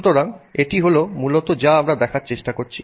সুতরাং এটি হলো মূলত যা আমরা দেখার চেষ্টা করছি